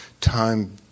time